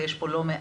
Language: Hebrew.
ויש לא מעט,